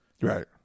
right